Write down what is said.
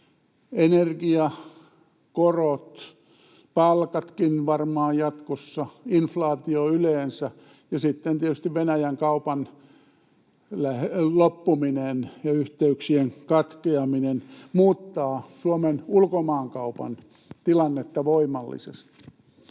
Energia, korot, palkatkin varmaan jatkossa, inflaatio yleensä ja sitten tietysti Venäjän-kaupan loppuminen ja yhteyksien katkeaminen muuttavat Suomen ulkomaankaupan tilannetta voimallisesti.